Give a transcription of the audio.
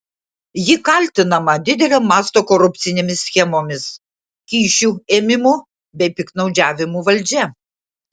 ji kaltinama didelio masto korupcinėmis schemomis kyšių ėmimu bei piktnaudžiavimu valdžia